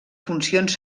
funcions